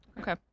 Okay